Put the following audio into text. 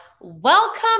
welcome